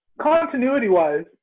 Continuity-wise